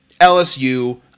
LSU